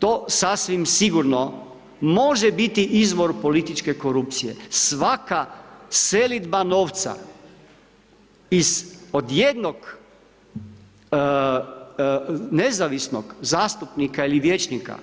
To sasvim sigurno može biti izvor političke korupcije, svaka selidba novca iz, od jednog nezavisnog zastupnika ili vijećnika,